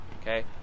okay